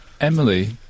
Emily